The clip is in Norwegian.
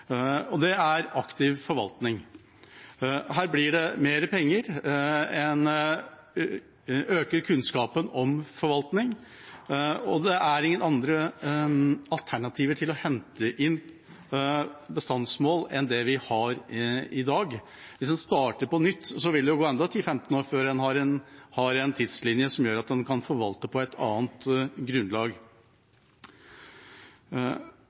Det er aktiv forvaltning. Her blir det mer penger, en øker kunnskapen om forvaltning, og det er ingen andre alternativer til å hente inn bestandsmål enn det vi har i dag. Hvis vi starter på nytt, vil det gå enda 10–15 år før vi har en tidslinje som gjør at vi kan forvalte på et annet grunnlag.